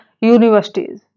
universities